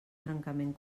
trencament